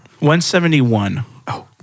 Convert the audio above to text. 171